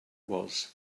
was